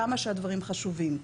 כמה שהדברים חשובים.